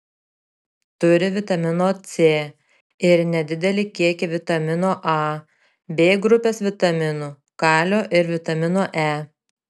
turi vitamino c ir nedidelį kiekį vitamino a b grupės vitaminų kalio ir vitamino e